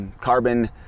carbon